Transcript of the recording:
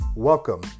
Welcome